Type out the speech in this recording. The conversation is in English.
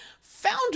found